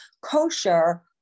Kosher